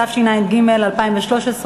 התשע"ג 2013,